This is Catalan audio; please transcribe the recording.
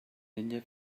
ella